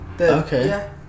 Okay